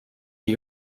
die